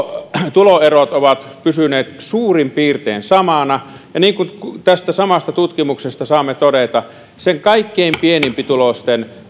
tuloerot ovat pysyneet suurin piirtein samana niin kuin tästä samasta tutkimuksesta saamme todeta kaikkein pienituloisimpien